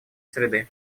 среды